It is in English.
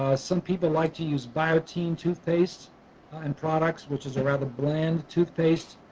some people like to use biotene toothpaste and products which is a rather bland toothpaste